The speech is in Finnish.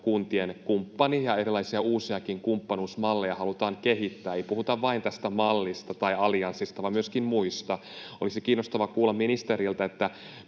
kuntien kumppani ja erilaisia uusiakin kumppanuusmalleja halutaan kehittää. Ei puhuta vain tästä mallista tai allianssista vaan myöskin muista. Olisi kiinnostavaa kuulla ministeriltä,